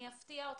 אני אפתיע אתכם,